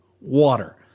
Water